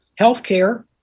Healthcare